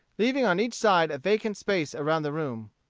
leaving on each side a vacant space around the room.